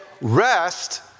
rest